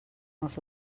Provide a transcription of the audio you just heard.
los